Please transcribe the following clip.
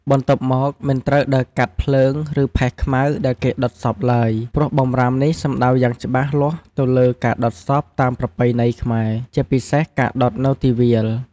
បន្ទាប់មក មិនត្រូវដើរកាត់ភ្លើង ឬផេះខ្មៅដែលគេដុតសពឡើយ ព្រោះបម្រាមនេះសំដៅយ៉ាងច្បាស់លាស់ទៅលើការដុតសពតាមប្រពៃណីខ្មែរ ជាពិសេសការដុតនៅទីវាល។